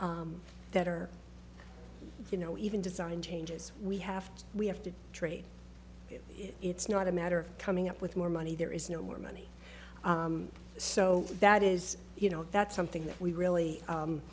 that are you know even design changes we have to we have to trade it's not a matter of coming up with more money there is no more money so that is you know that's something that we really